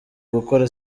gukora